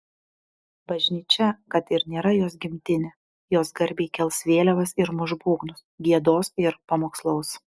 bažnyčia kad ir nėra jos gimtinė jos garbei kels vėliavas ir muš būgnus giedos ir pamokslaus